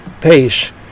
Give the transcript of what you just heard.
pace